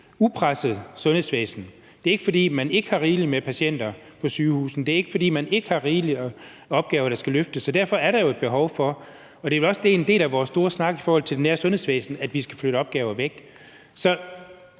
upresset sundhedsvæsen. Det er ikke, fordi man ikke har rigeligt med patienter på sygehusene; det er ikke, fordi man ikke har rigeligt med opgaver, der skal løftes. Derfor er der jo et behov for – og det er vel også en del af vores store snak om det nære sundhedsvæsen – at vi skal flytte opgaver væk.